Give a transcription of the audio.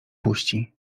puści